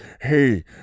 hey